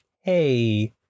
Hey